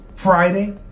Friday